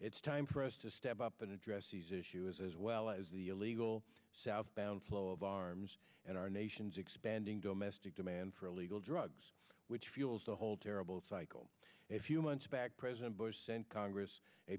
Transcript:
it's time for us to step up and address these issues as well as the illegal southbound flow of arms and our nation's expanding domestic demand for illegal drugs which fuels the whole terrible cycle a few months back president bush sent congress a